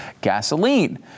gasoline